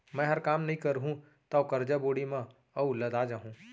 मैंहर काम नइ करहूँ तौ करजा बोड़ी म अउ लदा जाहूँ